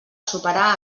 superar